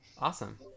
awesome